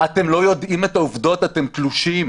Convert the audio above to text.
אתם לא יודעים את העובדות, אתם תלושים.